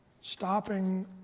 stopping